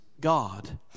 God